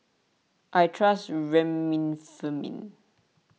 I trust Remifemin